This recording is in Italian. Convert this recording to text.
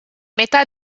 metà